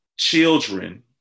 children